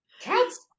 Cats